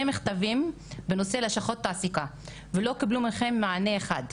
מכתבים בנושא לשכות תעסוקה ולא קיבלו מכם מענה אחד.